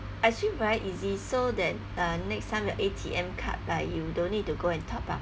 I feel very easy so then uh next time your A_T_M card uh you don't need to go and top up